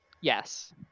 Yes